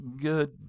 Good